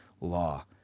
law